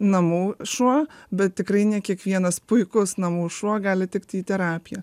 namų šuo bet tikrai ne kiekvienas puikus namų šuo gali tikti į terapiją